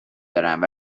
دارند